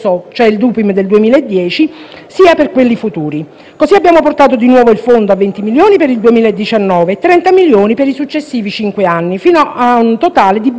sia quelli futuri. Abbiamo così portato di nuovo il fondo a 20 milioni di euro per il 2019 e a 30 milioni per i successivi cinque anni, fino a un totale di ben 170 milioni di euro.